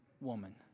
woman